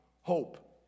hope